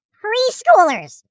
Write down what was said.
preschoolers